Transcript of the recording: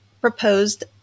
proposed